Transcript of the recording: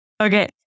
okay